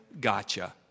gotcha